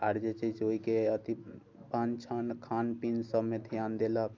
आर जे छै से ओहिके अथि पान छान खान पीन सभमे ध्यान देलक